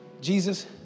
Jesus